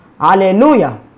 Hallelujah